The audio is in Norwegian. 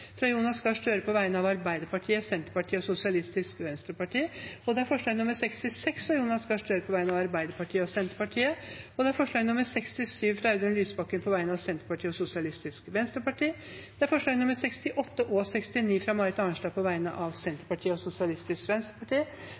på vegne av Senterpartiet og Sosialistisk Venstreparti forslagene nr. 68 og 69, fra Marit Arnstad på vegne av Senterpartiet og Sosialistisk Venstreparti forslag nr. 70, fra Audun Lysbakken på vegne av Sosialistisk Venstreparti forslagene nr. 71–77, fra Siv Jensen på vegne av Fremskrittspartiet Forslag